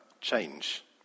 change